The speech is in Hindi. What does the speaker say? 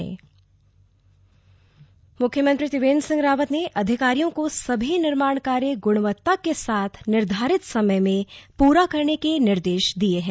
स्लग नमामि गंगे बैठक मुख्यमंत्री त्रिवेन्द्र सिंह रावत ने अधिकारियों को सभी निर्माण कार्य गुणवत्ता के साथ निर्धारित समय में पूरा करने निर्देश दिये हैं